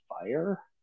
fire